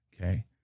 Okay